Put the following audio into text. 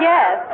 Yes